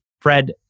Fred